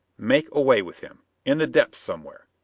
make away with him in the depths somewhere.